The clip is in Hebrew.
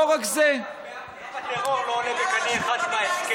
גם הטרור לא עולה בקנה אחד עם ההסכם.